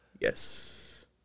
Yes